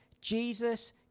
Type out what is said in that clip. Jesus